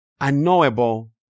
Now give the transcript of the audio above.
unknowable